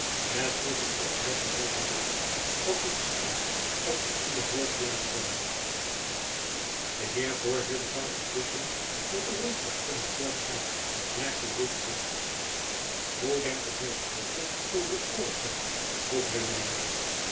met zulk een oplettendheid te lezen dat het scheen of hy ieder woord wilde spellen de heer voorzitter zoû intusschen met de rondvraag kunnen voortgaan merkte de witt aan hoe denkt de heer schulper over het voorstel vroeg